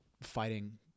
fighting